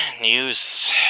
news